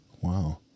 Wow